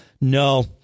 No